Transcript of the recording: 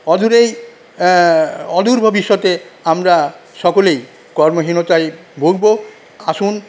অদূরেই অদূর ভবিষ্যতে আমরা সকলেই কর্মহীনতায় ভুগবো আসুন